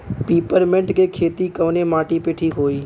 Peppermint के खेती कवने माटी पे ठीक होई?